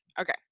Okay